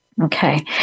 Okay